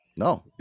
No